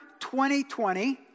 2020